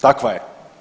Takva je.